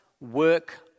work